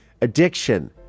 addiction